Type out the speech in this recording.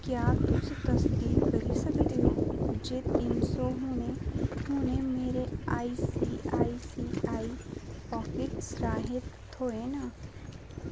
क्या तुस तसदीक करी सकदे ओ जे तिन सौ हुनै हुनै मेरे आईसीआईसीआई पाकेट्स राहें थ्होए न